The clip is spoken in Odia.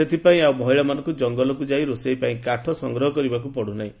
ସେଥିପାଇଁ ଆଉ ମହିଳାମାନଙ୍କୁ ଜଙ୍ଗଲକୁ ଯାଇ ରୋଷେଇ ପାଇଁ କାଠ ଯୋଗାଡ କରିବାକୁ ପଡ଼ୁନାହିଁ